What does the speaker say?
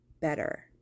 better